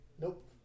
Nope